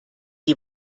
die